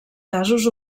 casos